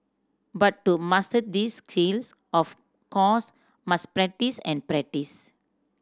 but to master these skills of course must practise and practise